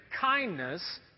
kindness